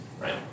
Right